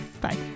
Bye